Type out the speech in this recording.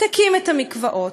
תקים את המקוואות,